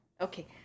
okay